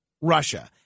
Russia